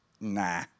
nah